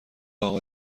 اقا